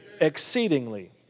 exceedingly